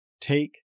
Take